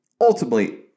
Ultimately